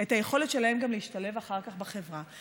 את היכולת שלהם גם להשתלב אחר כך בחברה.